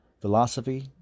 philosophy